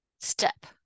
step